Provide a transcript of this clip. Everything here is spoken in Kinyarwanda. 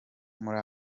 muri